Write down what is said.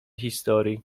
historii